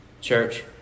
Church